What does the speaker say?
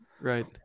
Right